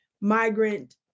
migrant